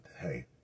hey